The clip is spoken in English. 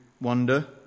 wonder